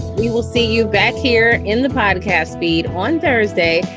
we will see you back here in the podcast feed on thursday.